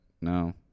No